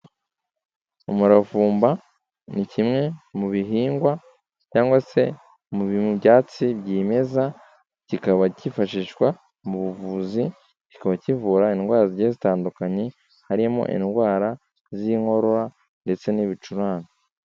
Umuravumba ni kimwe mu bihingwa cyangwa se mu byatsi byimeza, kikaba kifashishwa mu buvuzi, kikaba kivura indwara zigiye zitandukanye, harimo indwara z'Inkorora ndetse n'Ibicurane.